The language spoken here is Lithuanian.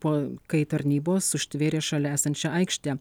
po kai tarnybos užtvėrė šalia esančią aikštę